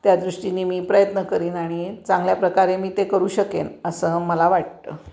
त्या दृष्टीनी मी प्रयत्न करीन आणि चांगल्या प्रकारे मी ते करू शकेन असं मला वाटतं